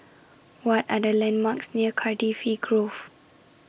What Are The landmarks near Cardifi Grove